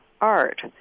art